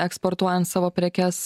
eksportuojant savo prekes